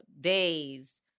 days